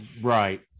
right